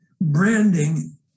branding